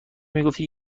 میگفتی